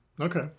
Okay